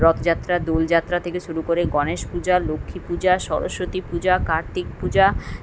রথ যাত্রা দোল যাত্রা থেকে শুরু করে গণেশ পূজা লক্ষ্মী পূজা সরস্বতী পূজা কার্তিক পূজা